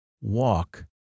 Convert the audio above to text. walk